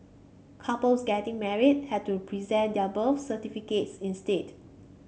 couples getting married had to present their birth certificates instead